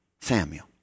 Samuel